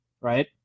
Right